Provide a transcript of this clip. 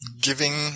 giving